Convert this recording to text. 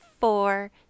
four